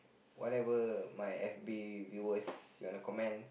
whatever my F_B viewer you wanna comment